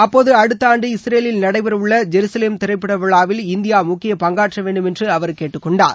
அப்போது அடுத்த ஆண்டு இஸ்ரேலில் நடைபெற்ற உள்ள ஜெருசலேம் திரைப்பட விழாவில் இந்தியா முக்கிய பங்காற்ற வேண்டும் என்று அவர் கேட்டுக்கொண்டார்